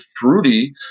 fruity